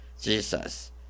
jesus